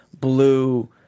blue